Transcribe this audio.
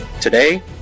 Today